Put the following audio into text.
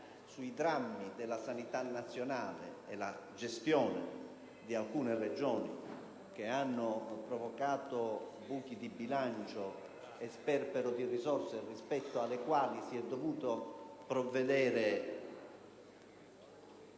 sui drammi della sanità nazionale e la gestione di alcune Regioni che hanno provocato buchi di bilancio e sperpero di risorse (rispetto ai quali si è dovuto provvedere,